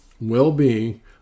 well-being